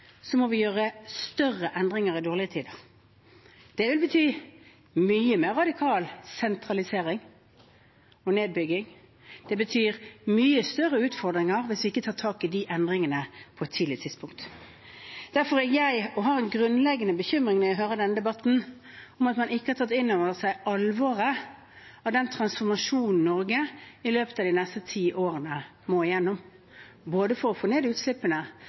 må vi gjøre større endringer i dårlige tider. Det vil bety mye mer radikal sentralisering og nedbygging. Det betyr mye større utfordringer hvis vi ikke tar tak i de endringene på et tidlig tidspunkt. Derfor har jeg en grunnleggende bekymring når jeg hører denne debatten: Man kan ikke ha tatt inn over seg alvoret i den transformasjonen Norge i løpet av de neste tiårene må gjennom – både for å få ned utslippene